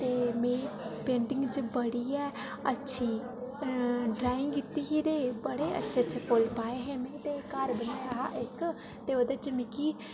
में पेंटिंग च बड़ी गै अच्छी ड्राइंग कीती ही ते बड़े अच्छे अच्छे फुल्ल पाए हे में ते घर बनाया हा इक ते ओह्दे च मिकी